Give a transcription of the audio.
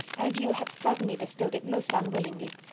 and you have certainly bestowed it most unwillingly.